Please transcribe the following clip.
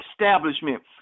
establishment